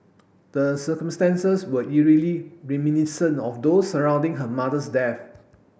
the circumstances were eerily reminiscent of those surrounding her mother's death